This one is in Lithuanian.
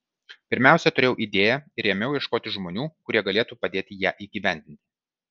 pirmiausia turėjau idėją ir ėmiau ieškoti žmonių kurie galėtų padėti ją įgyvendinti